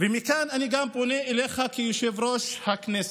ומכאן אני גם פונה אליך כיושב-ראש הכנסת.